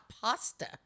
pasta